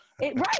Right